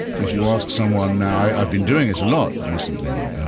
if you ask someone now i've been doing this a lot recently.